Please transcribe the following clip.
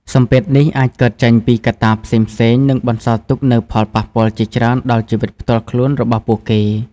សម្ពាធនេះអាចកើតចេញពីកត្តាផ្សេងៗ និងបន្សល់ទុកនូវផលប៉ះពាល់ជាច្រើនដល់ជីវិតផ្ទាល់ខ្លួនរបស់ពួកគេ ។